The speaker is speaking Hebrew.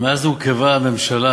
מאז הורכבה הממשלה